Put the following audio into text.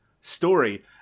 story